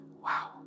Wow